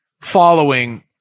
Following